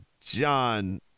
john